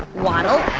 waddle.